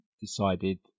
decided